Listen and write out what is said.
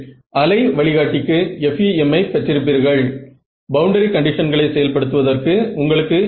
நீங்கள் இந்த முடிவுகளை ஒரு ஆண்டனா பொறியாளரிடம் காண்பிக்கும் போது திருப்தியாக இருக்கும்